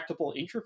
interface